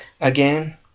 Again